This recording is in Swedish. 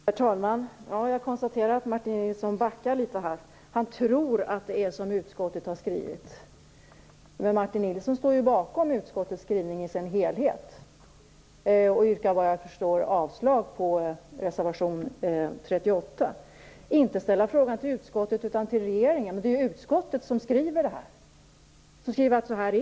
Herr talman! Jag konstaterar att Martin Nilsson backar litet. Han "tror" att det är som utskottet skriver. Men Martin Nilsson står ju bakom utskottets skrivning i dess helhet och yrkar, såvitt jag förstår, avslag på reservation 38. Martin Nilsson säger att min fråga inte skall ställas till utskottet utan att den skall ställas till regeringen. Men det är ju utskottet som skriver och talar om hur det är.